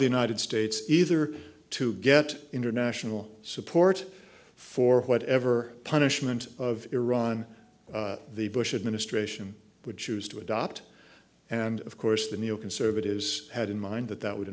the united states either to get international support for whatever punishment of iran the bush administration would choose to adopt and of course the neoconservatives had in mind that that would